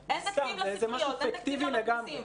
סתם, זה משהו פיקטיבי לגמרי.